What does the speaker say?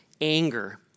anger